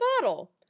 bottle